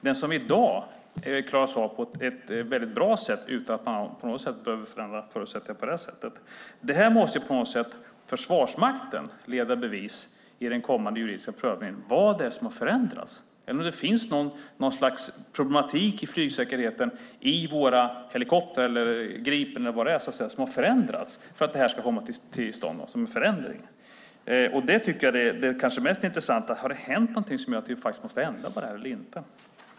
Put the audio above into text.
Den klaras i dag av på ett bra sätt utan att man på något vis behöver förändra förutsättningarna på detta sätt. Försvarsmakten måste på något sätt i den kommande juridiska prövningen leda i bevis vad det är som har förändrats, även om det finns något slags problematik i flygsäkerheten i fråga om våra helikoptrar, Gripen eller annat, för att detta ska komma till stånd som en förändring. Det kanske mest intressanta är: Har det hänt någonting som gör att vi faktiskt måste ändra på detta eller inte?